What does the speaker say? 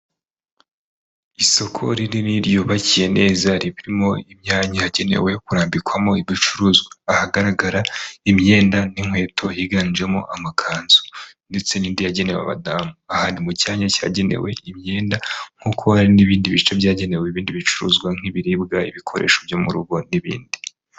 Isoko rinini ryubakiye neza, ririmo imyanya hakenewe kurambikwamo ibicuruzwa. Ahagaragara imyenda n'inkweto higanjemo amakanzu, ndetse n'indi yagenewe abamu. Aha ni mu cyanya cyagenewe imyenda, nk'uko hari n'ibindi bice byagenewe ibindi bicuruzwa, nk'ibiribwa ibikoresho byo mu rugo n'ibindi.